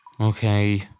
Okay